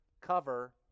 cover